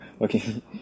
Okay